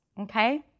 okay